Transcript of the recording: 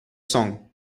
song